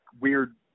weird